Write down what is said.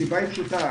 הסיבה היא פשוטה,